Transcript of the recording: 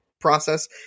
process